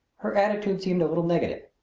her attitude seemed a little negative.